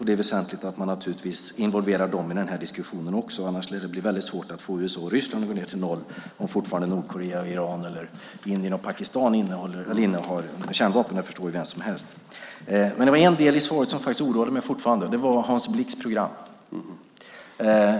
Det är naturligtvis väsentligt att också involvera dem i den här diskussionen, för annars lär det bli väldigt svårt att få USA och Ryssland att gå ned till noll om Nordkorea och Iran eller Indien och Pakistan innehar kärnvapen; det förstår ju vem som helst. Den del i svaret som fortfarande oroar mig gäller Hans Blix program.